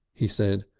he said.